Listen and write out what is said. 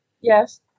Yes